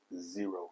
zero